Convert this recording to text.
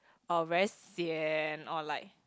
or very sian or like